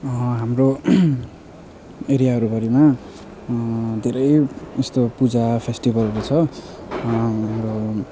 हाम्रो एरियाहरूभरिमा धेरै यस्तो पूजा फेस्टिबलहरू छ हाम्रो